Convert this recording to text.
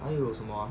还有什么